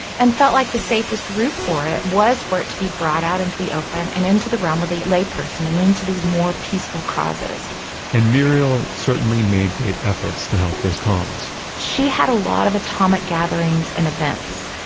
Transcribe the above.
and felt like the safest route for it was for it to be brought out into the open and into the realm of the lay person and into these more peaceful causes and muriel certainly made great efforts to help this cause she had a lot of atomic gatherings and events.